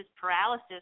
paralysis